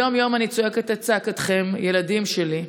יום-יום אני צועקת את צעקתכם, ילדים שלי.